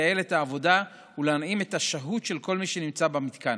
לייעל את העבודה ולהנעים את השהות של כל מי שנמצא במתקן.